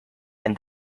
and